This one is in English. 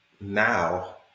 now